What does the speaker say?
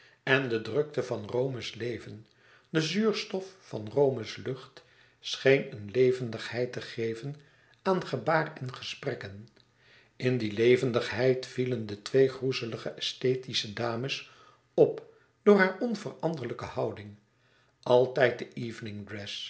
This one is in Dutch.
en de drukte van rome's leven de zuurstof van rome's lucht scheen een levendigheid te geven aan gebaar en gesprekken in die levendigheid vielen de twee groezelige esthetische dames op door hare onveranderlijke houding altijd de